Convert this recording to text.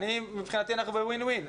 מבחינתי אנחנו ב-win win,